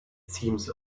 seems